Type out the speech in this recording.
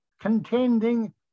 contending